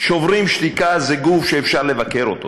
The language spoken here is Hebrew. "שוברים שתיקה" זה גוף שאפשר לבקר אותו